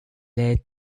late